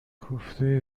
کوفته